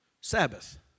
Sabbath